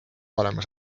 olemas